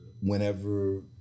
whenever